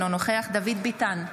אינו נוכח דוד ביטן,